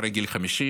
אחרי גיל 50,